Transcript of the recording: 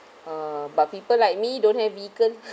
uh but people like me don't have vehicle